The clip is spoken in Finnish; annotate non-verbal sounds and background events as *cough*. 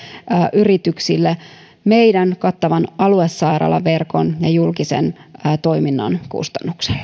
yrityksille meidän kattavan aluesairaalaverkkomme ja julkisen toiminnan kustannuksella *unintelligible*